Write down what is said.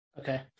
okay